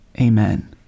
Amen